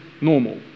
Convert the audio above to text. normal